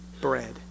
bread